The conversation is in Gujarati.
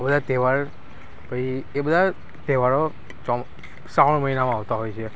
બધા તહેવાર પછી એ બધા તહેવારો શ્રાવણ મહિનામાં આવતા હોય છે